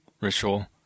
ritual